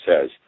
says